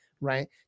right